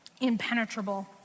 impenetrable